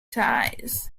ties